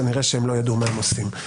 כנראה שהם לא ידעו מה הם עושים.